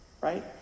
Right